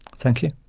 thank you.